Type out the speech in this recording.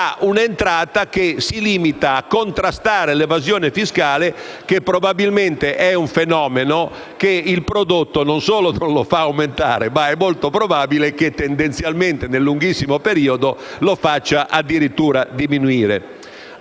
una entrata che si limita a contrastare l'evasione fiscale che, probabilmente, è un fenomeno che il prodotto, non solo non lo fa aumentare, ma molto probabilmente, tendenzialmente, nel lunghissimo periodo lo fa addirittura diminuire.